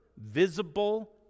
visible